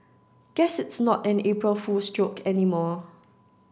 guess it's not an April Fool's joke anymore